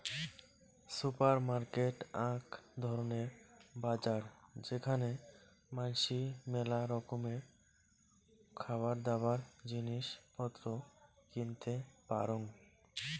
supermarket আক ধরণের বাজার যেখানে মানাসি মেলা রকমের খাবারদাবার, জিনিস পত্র কিনতে পারং